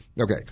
Okay